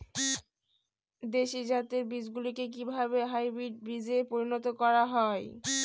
দেশি জাতের বীজগুলিকে কিভাবে হাইব্রিড বীজে পরিণত করা হয়?